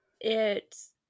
It's-